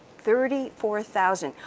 thirty four thousand,